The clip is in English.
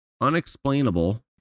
unexplainable